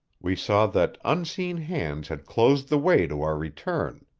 we saw that unseen hands had closed the way to our return.